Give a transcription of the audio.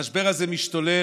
המשבר הזה משתולל,